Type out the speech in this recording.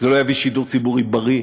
זה לא יביא שידור ציבורי בריא,